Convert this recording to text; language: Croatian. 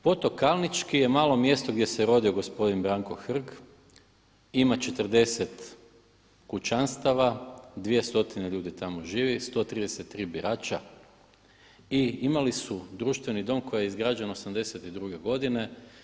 Potok Kalnički je malo mjesto gdje se rodio gospodin Branko Hrg, ima 40 kućanstava, 2 stotine ljudi tamo živi, 133 birača i imali su društveni dom koji je izgrađen '82. godine.